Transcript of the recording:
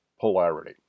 polarity